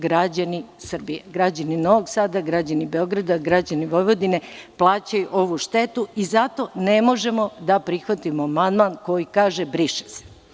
Građani Srbije, građani Novog Sada, građani Beograda, građani Vojvodine plaćaju ovu štetu i zato ne možemo da prihvatimo amandman koji kaže – briše se.